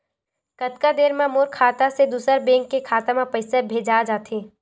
कतका देर मा मोर खाता से दूसरा बैंक के खाता मा पईसा भेजा जाथे?